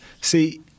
See